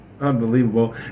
Unbelievable